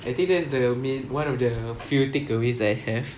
I think that's the main one of the few takeaways that I have